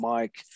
Mike